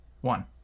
one